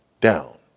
down